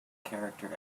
character